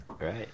right